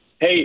Hey